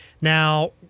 Now